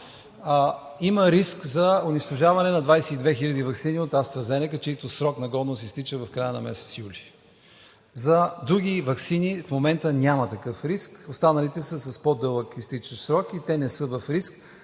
има риск за унищожаване на 22 хиляди ваксини от „Астра Зенека“, чийто срок на годност изтича в края на месец юли. За други ваксини в момента няма такъв риск. Останалите са с по-дълъг изтичащ срок и те не са в риск,